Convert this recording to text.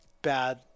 Bad